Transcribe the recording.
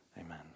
amen